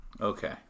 Okay